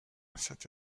cette